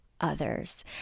others